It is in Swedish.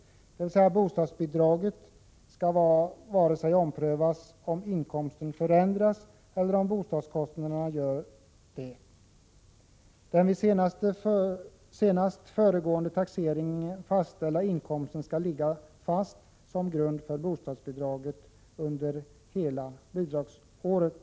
1986/87:123 skall alltså varken omprövas om inkomsten förändras eller om bostadskost 14 maj 1987 naden gör det. Den vid senast föregående taxering fastställda inkomsten skall SE ligga fast som grund för bostadsbidraget under hela bidragsåret.